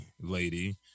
lady